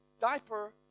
diaper